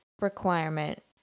requirement